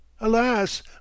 Alas